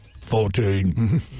Fourteen